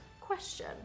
question